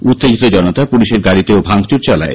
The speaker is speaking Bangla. উত্তেজিত জনতা পুলিশের গাড়িতেও ভাঙচুর চালায়